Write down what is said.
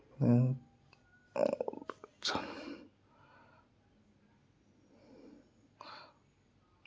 हूँ